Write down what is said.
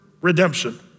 redemption